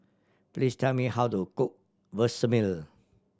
please tell me how to cook Vermicelli